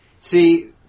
See